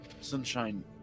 sunshine